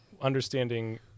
understanding